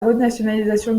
renationalisation